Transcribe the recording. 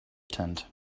tent